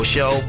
Show